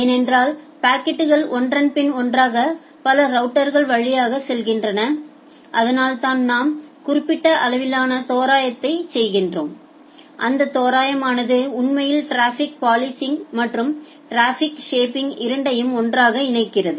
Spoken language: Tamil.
ஏனென்றால் பாக்கெட்கள் ஒன்றன் பின் ஒன்றாக பல ரவுட்டர்கள் வழியாக செல்கின்றன அதனால்தான் நாம் குறிப்பிட்ட அளவிலான தோராயத்தை செய்கிறோம் அந்த தோராயமானது உண்மையில் டிராஃபிக் பாலிசிங் மற்றும்டிராபிக் ஷேப்பிங் இரண்டையும் ஒன்றாக இணைக்கிறது